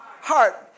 Heart